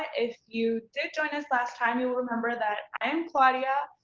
if you did join us last time, you will remember that i am claudia.